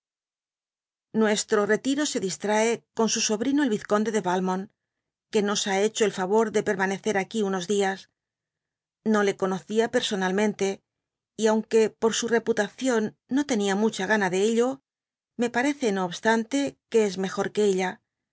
nuestro retiro se distrae con su sobrino el vizconde de valmont que nos ha hecho el favor de permanecer aquí unos dias no le conocia personalmente y aun que por su reputación no tenia mucha gana de lo me parece no obstante que es mejor que ella